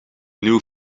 nieuw